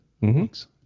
Thanks